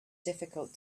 difficult